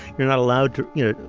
you're not allowed to you know,